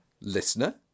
Listener